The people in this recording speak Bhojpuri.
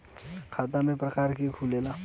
खाता क प्रकार के खुलेला?